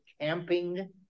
Camping